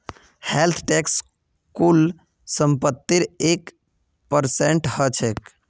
wealth tax कुल संपत्तिर एक परसेंट ह छेक